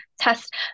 test